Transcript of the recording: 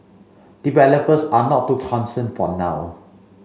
developers are not too concerned for now